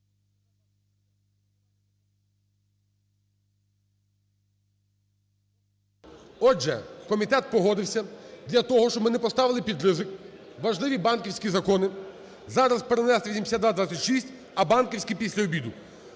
Отже, комітет погодився для того, щоб ми не поставили під ризик важливі банківські закони, зараз перенести 8226, а банківські після обіду.